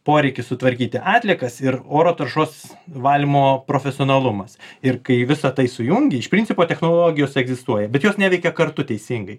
poreikis sutvarkyti atliekas ir oro taršos valymo profesionalumas ir kai visa tai sujungi iš principo technologijos egzistuoja bet jos neveikia kartu teisingai